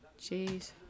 Jeez